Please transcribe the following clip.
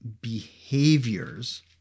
behaviors